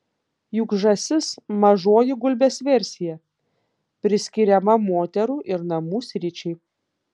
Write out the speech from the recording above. juk žąsis mažoji gulbės versija priskiriama moterų ir namų sričiai